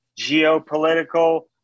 geopolitical